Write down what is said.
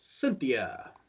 Cynthia